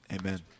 Amen